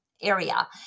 area